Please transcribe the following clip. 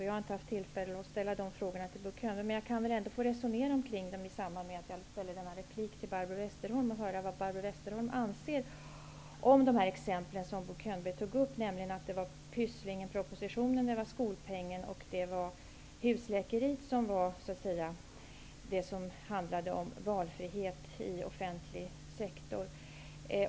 Jag har inte haft tillfälle att diskutera med honom, men i denna replik kanske jag kan få fråga vad Barbro Westerholm anser om Bo Könbergs exempel. Det var alltså Pysslingenpropositionen, skolpengen och husläkarsystemet, som handlade om valfrihet i den offentliga sektorn.